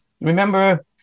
Remember